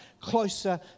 closer